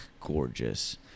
gorgeous